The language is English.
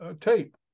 tape